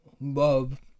love